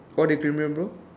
what equilibrium bro